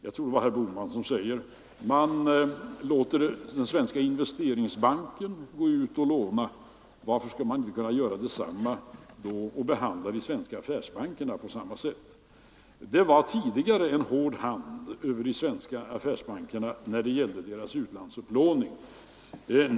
Jag tror det var han som sade att man Nr 115 a 3 3 Onsdagen den Det var tidigare en KASK StrA AR över de svenska affärsbånkerna när det 6'iövembers1974 gällde deras utlandsupplåning.